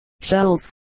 Shells